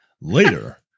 later